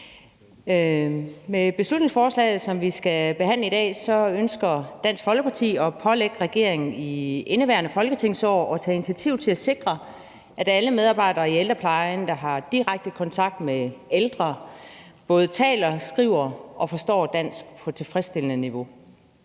Med beslutningsforslaget, som vi skal behandle i dag, ønsker Dansk Folkeparti at pålægge regeringen i indeværende folketingsår at tage initiativ til at sikre, at alle medarbejdere i ældreplejen, der har direkte kontakt med ældre, både taler og skriver og forstår dansk på et tilfredsstillende niveau.